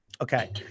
Okay